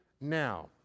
now